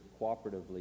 cooperatively